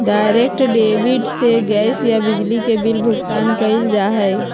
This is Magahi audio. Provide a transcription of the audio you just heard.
डायरेक्ट डेबिट से गैस या बिजली के बिल भुगतान कइल जा हई